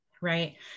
right